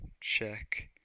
check